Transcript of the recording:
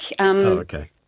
okay